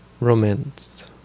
romance